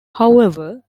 however